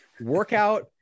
workout